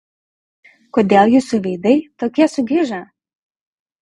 kodėl jūsų veidai tokie sugižę